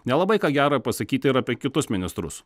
nelabai ką gera pasakyti ir apie kitus ministrus